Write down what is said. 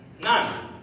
None